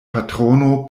patrono